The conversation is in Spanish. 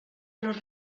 los